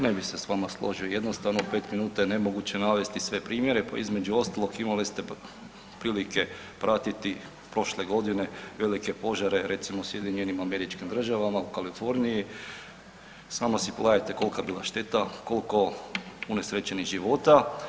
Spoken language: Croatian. Ne bi se s vama složio jednostavno, u pet minuta je nemoguće navesti sve primjere pa između ostalog imali ste prilike pratiti prošle godine velike požare recimo u SAD-u u Kaliforniji, sama si pogledajte kolika je bila šteta, koliko unesrećenih života.